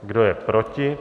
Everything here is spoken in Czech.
Kdo je proti?